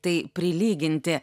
tai prilyginti